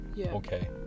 okay